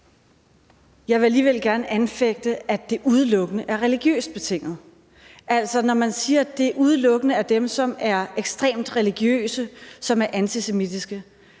jeg vil alligevel gerne anfægte, at det udelukkende er religiøst betinget. Altså, når man siger, at det udelukkende er dem, som er ekstremt religiøse, som er antisemitiske,